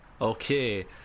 Okay